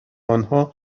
انها